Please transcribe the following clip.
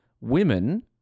women